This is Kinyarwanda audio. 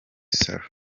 salon